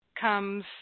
comes